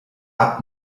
app